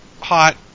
hot